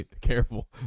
Careful